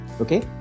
okay